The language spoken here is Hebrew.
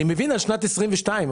אני מבין שזה כך לגבי הספרים בשנת 2022,